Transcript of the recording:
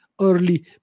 early